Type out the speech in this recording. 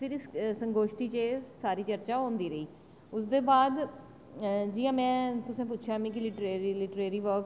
ते उस संगोष्ठी च एह् सारी चर्चा होंदी रेही उसदे बाद जियां में तुसेंगी पुच्छेआ लिट्ररेरी वर्डस